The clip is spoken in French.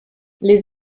les